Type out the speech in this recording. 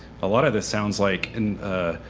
a lot of it sounds like and